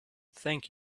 thank